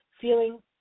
feeling